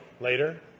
later